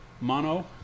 Mono